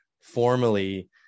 formally